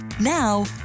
Now